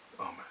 Amen